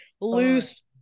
loose